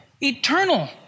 eternal